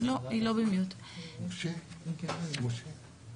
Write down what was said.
אני חוזרת על בקשה שהעלינו גם בדיונים קודמים,